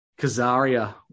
Kazaria